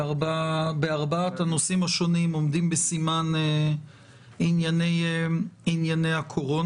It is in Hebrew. בארבעת הנושאים השונים עומדים בסימן ענייני הקורונה.